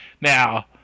Now